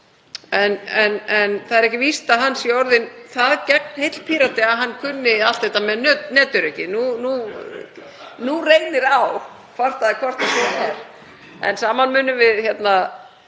en það er ekki víst að hann sé orðinn það gegnheill Pírati að hann kunni allt þetta með netöryggi. Nú reynir á hvort svo er. En saman munum við mynda